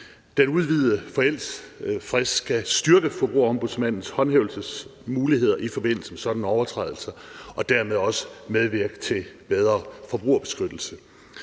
Den udvidede forældelsesfrist skal styrke Forbrugerombudsmandens håndhævelsesmuligheder i forbindelse med sådanne overtrædelser og dermed også medvirke til bedre forbrugerbeskyttelse.